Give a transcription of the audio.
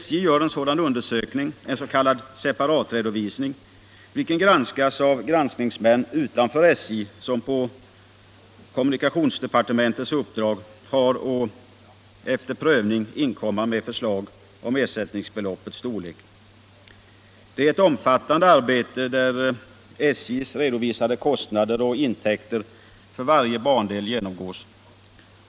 SJ gör en sådan undersökning, en s.k. separatredovisning, som granskas av granskningsmän utanför SJ, vilka på kommunikationsdepartementets uppdrag har att efter prövning inkomma med förslag om ersättningsbeloppets storlek. Det är ett omfattande arbete, där SJ:s redovisade kostnader och intäkter för varje bandel genomgås.